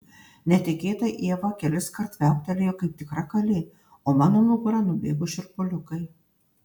netikėtai ieva keliskart viauktelėjo kaip tikra kalė o mano nugara nubėgo šiurpuliukai